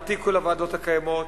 תעתיקו לוועדות הקיימות,